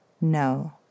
No